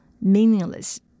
meaningless